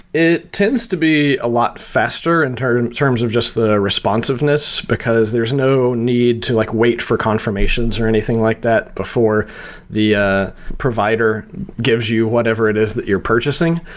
it tends to be a lot faster and in terms of just the responsiveness, because there's no need to like wait for confirmations or anything like that before the ah provider gives you whatever it is that you're purchasing.